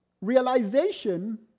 realization